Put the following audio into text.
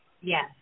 Yes